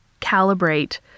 calibrate